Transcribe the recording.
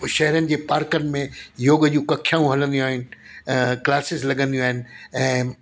शहरनि जे पार्कनि में योग जूं कक्षाऊं हलंदियूं आहिनि ऐं क्लासिस लॻंदियूं आहिनि ऐं